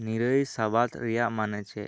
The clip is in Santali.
ᱱᱤᱨᱟᱹᱭ ᱥᱟᱵᱟᱫ ᱨᱮᱭᱟᱜ ᱢᱟᱱᱮ ᱪᱮᱫ